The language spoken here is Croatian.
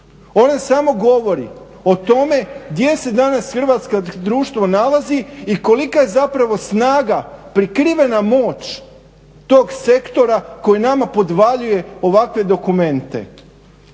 Ona samo govori o tome gdje se danas hrvatsko društvo nalazi i kolika je zapravo snaga prekrivena moć tog sektora koji nama podvaljuje ovakve dokumente.